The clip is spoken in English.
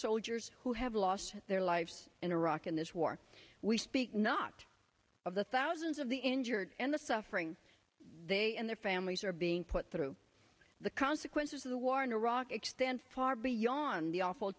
soldiers who have lost their lives in iraq in this war we speak not of the thousands of the injured and the suffering they and their families are being put through the consequences of the war in iraq extends far beyond the awful